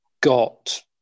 got